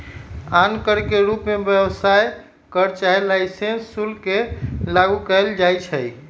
आन कर के रूप में व्यवसाय कर चाहे लाइसेंस शुल्क के लागू कएल जाइछै